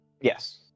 Yes